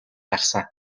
гарсан